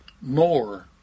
more